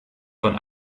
von